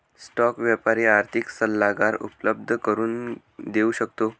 stock व्यापारी आर्थिक सल्लागार उपलब्ध करून देऊ शकतो